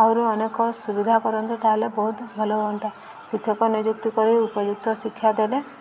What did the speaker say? ଆହୁରି ଅନେକ ସୁବିଧା କରନ୍ତେ ତା'ହେଲେ ବହୁତ ଭଲ ହୁଅନ୍ତା ଶିକ୍ଷକ ନିଯୁକ୍ତି କରି ଉପଯୁକ୍ତ ଶିକ୍ଷା ଦେଲେ